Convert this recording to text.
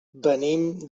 venim